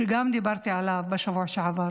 שגם דיברתי עליו בשבוע שעבר.